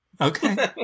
Okay